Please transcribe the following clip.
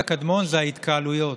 החטא הקדמון, זה ההתקהלויות.